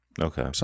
okay